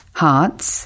hearts